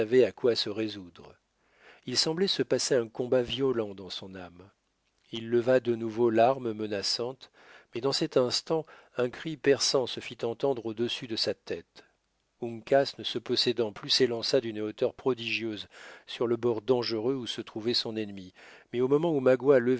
à quoi se résoudre il semblait se passer un combat violent dans son âme il leva de nouveau l'arme menaçante mais dans cet instant un cri perçant se fit entendre au-dessus de sa tête uncas ne se possédant plus s'élança d'une hauteur prodigieuse sur le bord dangereux où se trouvait son ennemi mais au moment où magua